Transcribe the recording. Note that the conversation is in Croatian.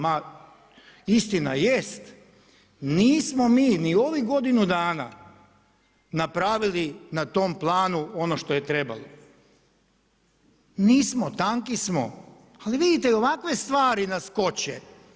Ma istina jest, nismo ni ovih godinu dana napravili na tom planu ono što je trebalo, nismo, tanki smo, ali vidite i ovakve stvari nas koče.